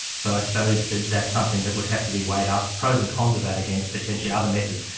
so i suppose that that's something that would have to be weighed up, the pros and cons of that against potentially other methods.